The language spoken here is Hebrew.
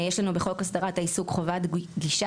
יש לנו בחוק הסדרת העיסוק חובת גישה